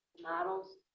models